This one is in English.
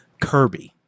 Kirby